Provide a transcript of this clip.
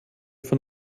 von